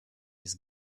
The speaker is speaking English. his